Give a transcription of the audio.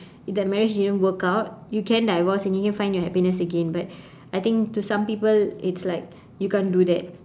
if that marriage didn't work out you can divorce and you can find your happiness again but I think to some people it's like you can't do that